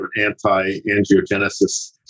anti-angiogenesis